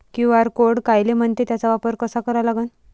QR code कायले म्हनते, त्याचा वापर कसा करा लागन?